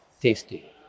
tasty